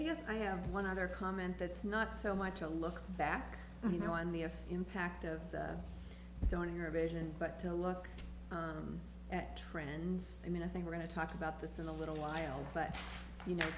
yes i know one other comment that it's not so much a look back you know on the impact of joining your vision but to look at trends i mean i think we're going to talk about this in a little while but you know